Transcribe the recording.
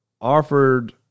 offered